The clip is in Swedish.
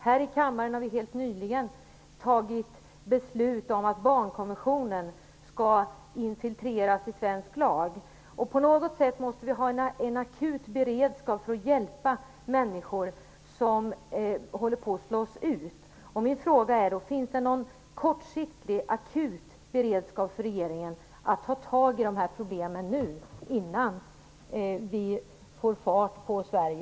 Här i kammaren har vi helt nyligen fattat beslut om att barnkonventionen skall införlivas i svensk lag. På något sätt måste vi ha en akut beredskap för att hjälpa människor som håller på att slås ut. Min fråga är då: Finns det någon kortsiktig akut beredskap från regeringen för att ta tag i dessa problem nu, innan vi får fart på Sverige?